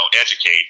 educate